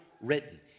written